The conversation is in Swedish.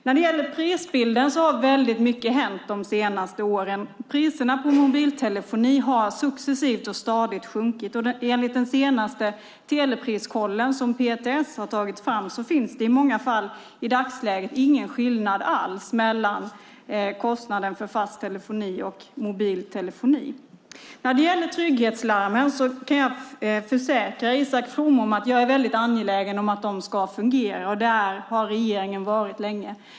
När det gäller prisbilden har väldigt mycket hänt de senaste åren. Priserna på mobiltelefoni har successivt och stadigt sjunkit. Enligt den senaste telepriskoll som PTS har tagit fram finns det i många fall i dagsläget ingen kostnadsskillnad alls mellan fast telefoni och mobiltelefoni. Beträffande trygghetslarmen kan jag försäkra Isak From om att jag är mycket angelägen om att de ska fungera, och det har regeringen varit länge.